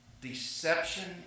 deception